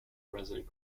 resident